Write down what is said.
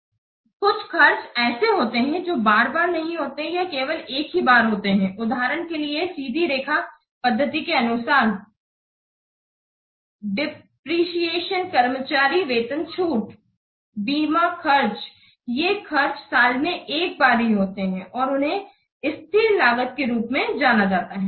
छ खर्च ऐसे होते है जो बार बार नहीं होते है या केवल एक ही बार होते है उदाहरण के लिए सीधी रेखा पद्धति के अनसार डेप्रिसिएशन कर्मचारी वेतन छूट बीमा खर्च ये खर्च साल में एक ही बार होते है और इन्हें स्थिर लागत के रूप में जाना जाता है